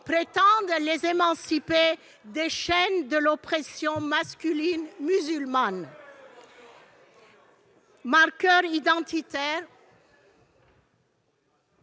prétendent les émanciper des chaînes de l'oppression masculine musulmane.